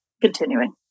continuing